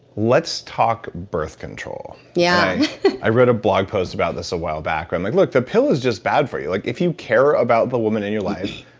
let's talk birth control yeah i wrote a blog post about this a while back, and i'm like, look, the pill is just bad for you. if you care about the woman in your life,